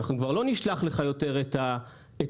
כבר לא נשלח לך יותר את החשבונית.